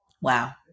Wow